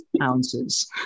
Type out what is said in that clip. ounces